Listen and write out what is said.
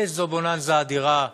איזו בוננזה אדירה.